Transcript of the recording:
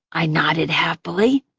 i nodded happily.